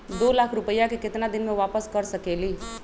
दो लाख रुपया के केतना दिन में वापस कर सकेली?